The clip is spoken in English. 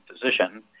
physician